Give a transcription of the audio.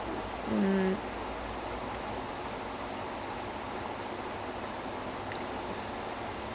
mm so uh what is the most memorable meal you ever had and where did you have it